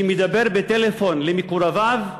שמדבר בטלפון עם מקורביו,